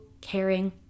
caring